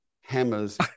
hammers